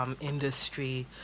industry